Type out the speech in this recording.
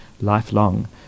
lifelong